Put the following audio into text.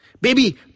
Baby